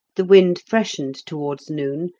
the wind freshened towards noon,